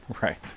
right